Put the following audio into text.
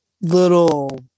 little